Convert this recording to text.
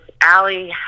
Allie